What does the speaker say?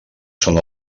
són